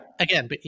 Again